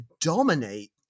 dominate